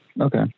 Okay